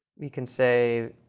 we can say